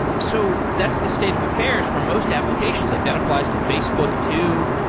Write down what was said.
so that's the state of affairs for most applications. like that applies to facebook too.